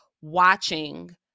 watching